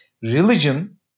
religion